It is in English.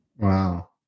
Wow